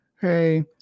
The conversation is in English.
Hey